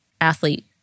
athlete